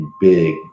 big